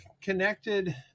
connected